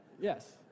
yes